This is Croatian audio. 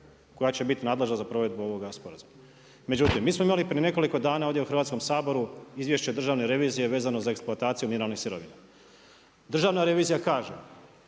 koja će biti nadležna za provedbu ovoga sporazuma, međutim mi smo imali prije nekoliko dana ovdje u Hrvatskom saboru izvješće Državne revizije vezano za eksploataciju mineralnih sirovina. Državna revizija kaže